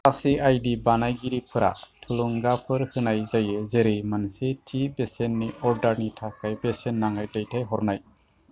माखासे आईडी बानायगिरिफोरा थुलुंगाफोर होनाय जायो जेरै मोनसे थि बेसेननि अर्डारनि थाखाय बेसेन नाङै दैथायहरनाय